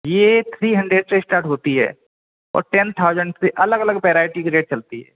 ये three hundred से start होती है और टेन थाउजेंड से अलग अलग वैराइटी का रेट चलता है